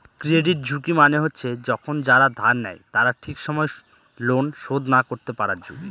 credit ঝুঁকি মানে হচ্ছে যখন যারা ধার নেয় তারা ঠিক সময় লোন শোধ না করতে পারার ঝুঁকি